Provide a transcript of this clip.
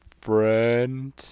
friend